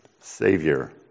Savior